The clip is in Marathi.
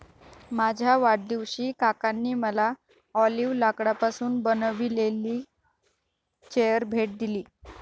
माझ्या वाढदिवशी काकांनी मला ऑलिव्ह लाकडापासून बनविलेली चेअर भेट दिली